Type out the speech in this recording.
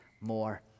more